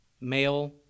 Male